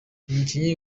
umukinnyi